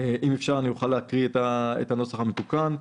אבקש לקרוא את הנוסח המתוקן.